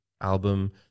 album